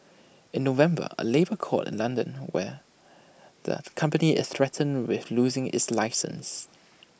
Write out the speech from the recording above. in November A labour court in London where the company is threatened with losing its license